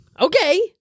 Okay